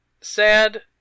sad